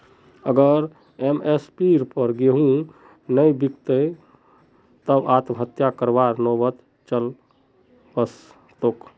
अगर एम.एस.पीर पर गेंहू नइ बीक लित तब आत्महत्या करवार नौबत चल वस तेक